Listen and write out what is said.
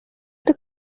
the